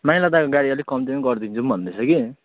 माइला दादाको गाडी अलिक कम्ती पनि गरिदिन्छु भन्दै पनि छ कि